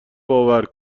باور